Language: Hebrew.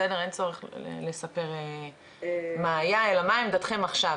בסדר אין צורך לספר מה היה אלא מה עמדתכם עכשיו.